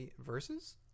Versus